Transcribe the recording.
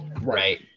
right